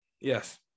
Yes